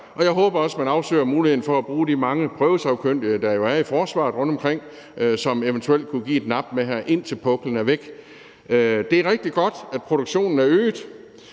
Og jeg håber også, at man afsøger muligheden for at bruge de mange prøvesagkyndige, der jo er i forsvaret rundtomkring, og som eventuelt kunne give et nap med, indtil puklen er væk. Det er rigtig godt, at produktionen er øget,